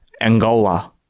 Angola